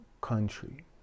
country